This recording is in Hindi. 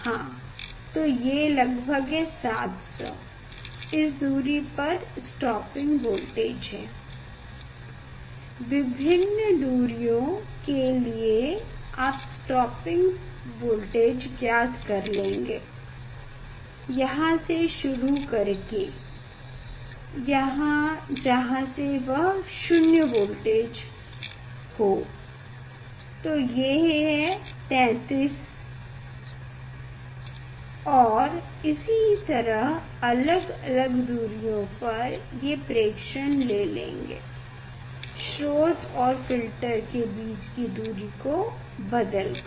हाँ तो ये लगभग है 700 इस दूरी पर स्टॉपिंग वोल्टेज है विभिन्न दूरियों के लिए आप स्टॉपिंग वोल्टेज ज्ञात कर लेंगे यहाँ से शुरू कर के यहाँ जहाँ से यह 0 वोल्टेज हो तो ये 33 है और इसी तरह अलग अलग दूरियों पर ये प्रेक्षण ले लेंगे स्रोत और फ़िल्टर के बीच की दूरी को बदल कर